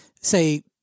say